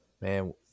Man